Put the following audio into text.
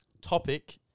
topic